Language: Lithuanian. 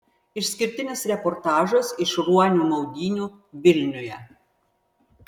išskirtinis reportažas iš ruonių maudynių vilniuje